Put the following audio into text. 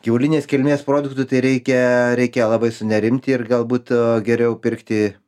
gyvulinės kilmės produktų tai reikia reikia labai sunerimti ir galbūt geriau pirkti